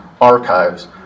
archives